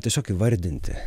tiesiog įvardinti